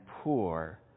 poor